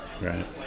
Right